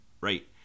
Right